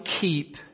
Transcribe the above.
keep